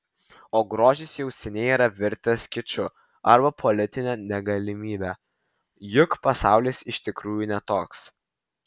o grožis jau seniai yra virtęs kiču arba politine negalimybe juk pasaulis iš tikrųjų ne toks